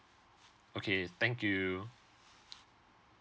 okay thank you